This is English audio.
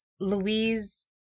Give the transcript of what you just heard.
louise